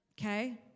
Okay